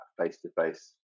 face-to-face